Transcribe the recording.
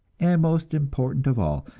and most important of all,